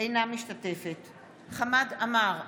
אינה משתתפת בהצבעה חמד עמאר,